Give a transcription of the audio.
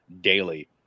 daily